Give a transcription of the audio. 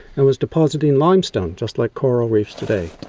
it was depositing limestone, just like coral reefs today,